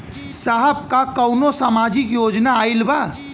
साहब का कौनो सामाजिक योजना आईल बा?